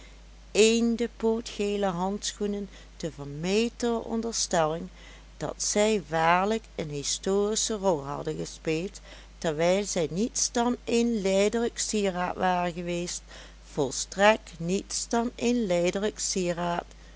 een paar eendepootgele handschoenen de vermetele onderstelling dat zij waarlijk een historische rol hadden gespeeld terwijl zij niets dan een lijdelijk sieraad waren geweest volstrekt niets dan een lijdelijk sieraad